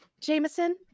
Jameson